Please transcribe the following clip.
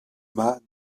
mas